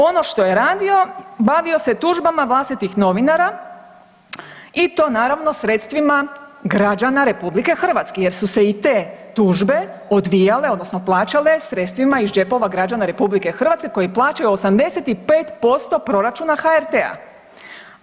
Ono što je radio bavio se tužbama vlastitih novinara i to naravno sredstvima građana RH jer su se i te tužbe odvijale odnosno plaćale iz džepova građana RH koji plaćaju 85% proračuna HRT-a.